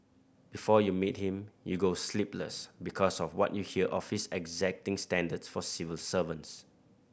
before you meet him you go sleepless because of what you hear of his exacting standards for civil servants